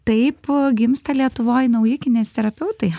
taip gimsta lietuvoj nauji kineziterapeutai